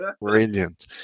brilliant